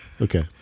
Okay